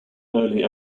early